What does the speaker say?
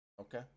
Okay